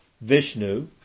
Vishnu